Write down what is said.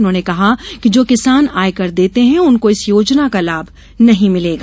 उन्होंने कहा कि जो किसान आयकर देते हैं उनको इस योजना का लाभ नहीं मिलेगा